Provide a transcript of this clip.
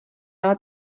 ale